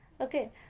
okay